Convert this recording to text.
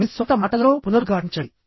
మీ సొంత మాటలలో పునరుద్ఘాటించండి